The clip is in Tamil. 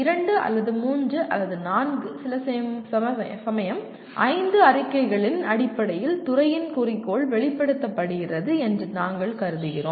இரண்டு அல்லது மூன்று அல்லது நான்கு சில சமயம் ஐந்து அறிக்கைகளின் அடிப்படையில் துறையின் குறிக்கோள் வெளிப்படுத்தப்படுகிறது என்று நாங்கள் கருதுகிறோம்